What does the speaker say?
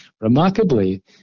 Remarkably